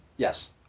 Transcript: Yes